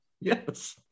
Yes